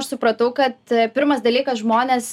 aš supratau kad pirmas dalykas žmonės